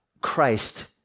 Christ